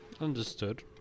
understood